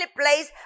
place